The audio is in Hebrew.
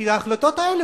כי ההחלטות האלה,